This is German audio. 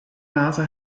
nase